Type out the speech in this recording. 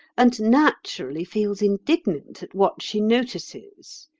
and naturally feels indignant at what she notices.